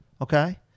Okay